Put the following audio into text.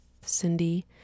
Cindy